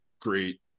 great